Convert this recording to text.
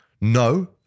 No